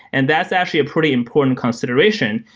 and that's actually a pretty important consideration,